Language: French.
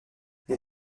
les